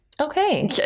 Okay